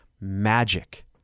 magic